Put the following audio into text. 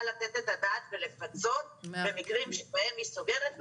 לתת את הדעת ולפצות במקרים שבהם היא סוגרת,